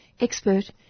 expert